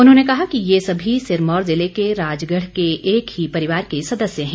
उन्होंने कहा कि ये सभी सिरमौर ज़िले के राजगढ़ के एक ही परिवार के सदस्य हैं